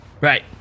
Right